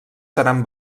seran